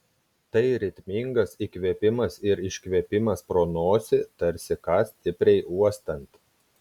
tai ritmingas įkvėpimas ir iškvėpimas pro nosį tarsi ką stipriai uostant